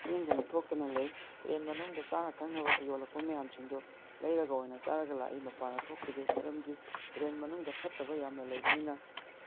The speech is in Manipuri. ꯂꯦꯡꯗꯅ ꯊꯣꯛꯇꯅ ꯂꯩ ꯇ꯭ꯔꯦꯟ ꯃꯅꯨꯡꯗ ꯆꯥꯅꯕ ꯊꯛꯅꯕ ꯌꯣꯜꯂꯛꯄ ꯃꯌꯥꯝꯁꯤꯡꯗꯨ ꯂꯩꯔꯒ ꯑꯣꯏꯅ ꯆꯥꯔꯒ ꯂꯥꯛꯏ ꯃꯄꯥꯟꯗ ꯊꯣꯛꯈꯤꯗꯦ ꯃꯔꯝꯗꯤ ꯇ꯭ꯔꯦꯟ ꯃꯅꯨꯡꯗ ꯐꯠꯇꯕ ꯌꯥꯝꯅ ꯂꯩꯕꯅꯤꯅ